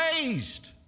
raised